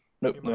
Nope